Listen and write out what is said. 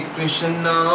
Krishna